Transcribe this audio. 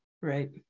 Right